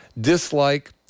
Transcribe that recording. dislike